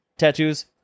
Tattoos